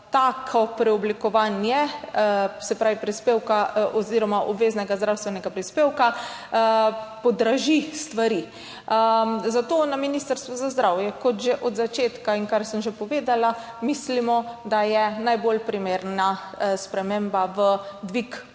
tako preoblikovanje obveznega zdravstvenega prispevka podraži stvari. Zato na Ministrstvu za zdravje kot že od začetka, in kar sem že povedala, mislimo, da je najbolj primerna sprememba dvig